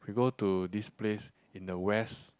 we go to this place in the west